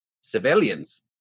civilians